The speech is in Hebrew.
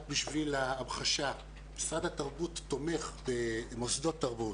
רק בשביל ההמחשה, משרד התרבות תומך במוסדות תרבות